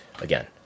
again